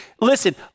listen